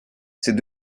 c’est